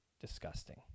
disgusting